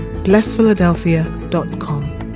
blessphiladelphia.com